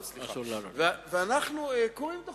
אבל ברגע ששומרים על כללים מסוימים,